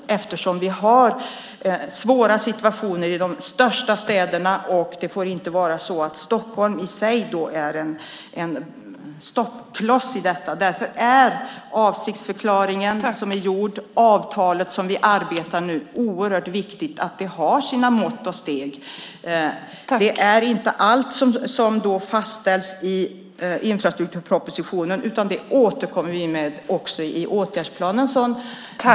Det är svårt i de största städerna, och det får inte vara så att Stockholm blir en stoppkloss. Därför är avsiktsförklaringen och avtalet oerhört viktiga. De måste få ha sina mått och steg. Allt fastställs inte i infrastrukturpropositionen utan vi återkommer i åtgärdsplanen.